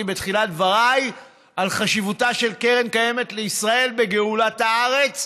בתחילת דבריי על חשיבותה של קרן קיימת לישראל בגאולת הארץ.